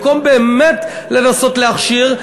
במקום באמת לנסות להכשיר,